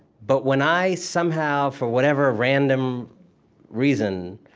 but when i somehow, for whatever random reason,